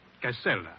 Casella